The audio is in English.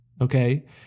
Okay